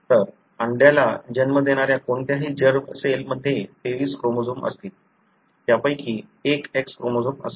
तर अंड्याला जन्म देणाऱ्या कोणत्याही जर्म सेल मध्ये 23 क्रोमोझोम असतील त्यापैकी एक X क्रोमोझोम असेल